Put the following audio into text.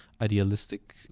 idealistic